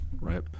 right